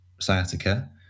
sciatica